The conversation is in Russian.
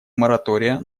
моратория